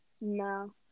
No